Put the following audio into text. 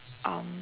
um